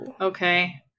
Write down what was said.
Okay